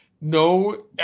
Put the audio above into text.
No